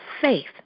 faith